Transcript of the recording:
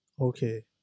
Okay